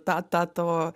tą tą tavo